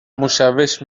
مشوش